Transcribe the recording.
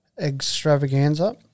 extravaganza